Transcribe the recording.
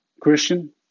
Christian